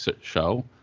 show